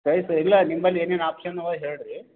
price ಇಲ್ಲ ನಿಮ್ಮಲ್ಲಿ ಏನೇನು ಆಪ್ಷನ್ ಅವ ಹೇಳಿ ರೀ